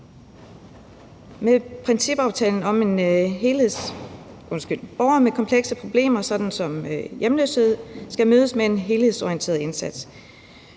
det offentlige. Borgere med komplekse problemer som hjemløshed skal mødes med en helhedsorienteret indsats.